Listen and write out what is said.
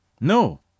No